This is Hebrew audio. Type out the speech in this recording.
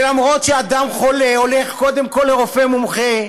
ואפילו שאדם חולה הולך קודם כול לרופא מומחה,